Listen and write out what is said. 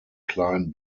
kleinen